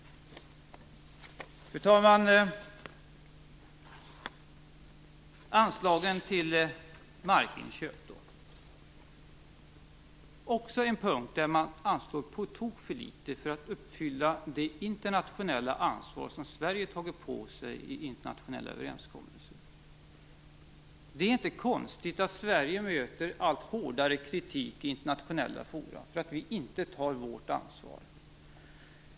Fru talman! Anslaget till markinköp är också en punkt där man anslår på tok för litet för att kunna uppfylla det internationella ansvar som Sverige har tagit på sig genom internationella överenskommelser. Det är inte konstigt att Sverige möter allt hårdare kritik i internationella fora för att vi inte tar vårt ansvar.